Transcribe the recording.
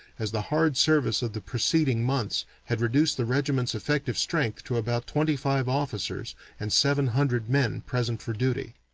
as the hard service of the preceding months had reduced the regiment's effective strength to about twenty-five officers and seven hundred men present for duty.